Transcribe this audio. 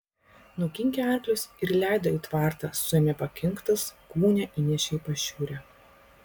nukinkė arklius ir įleido į tvartą suėmė pakinktus gūnią įnešė į pašiūrę